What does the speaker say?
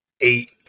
eight